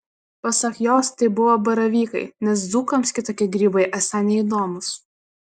pasak jos tai buvo baravykai nes dzūkams kitokie grybai esą neįdomūs